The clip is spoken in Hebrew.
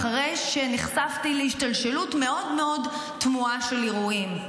אחרי שנחשפתי להשתלשלות מאוד מאוד תמוהה של אירועים.